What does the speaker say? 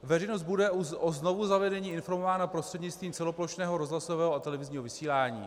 Veřejnost bude o znovuzavedení informována prostřednictvím celoplošného rozhlasového a televizního vysílání.